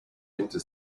into